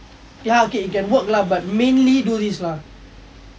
ya okay you can work lah but mainly do this lah